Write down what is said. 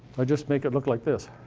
i'd just make it look like this.